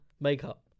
Makeup